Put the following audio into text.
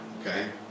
okay